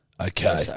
Okay